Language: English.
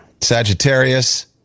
Sagittarius